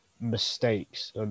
mistakes